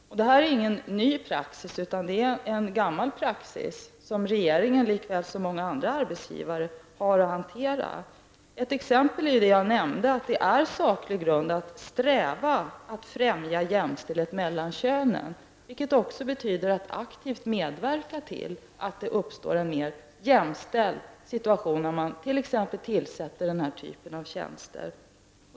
Detta är ingen ny praxis, utan det är en gammal praxis som regeringen likväl som många andra arbetsgivare har att hantera. Ett exempel är, som jag nämnde, att det är saklig grund att sträva efter att främja jämställdhet mellan könen. Det betyder också att aktivt medverka till att det uppstår en mer jämställd situation när man t.ex. tillsätter den här typen av tjänster.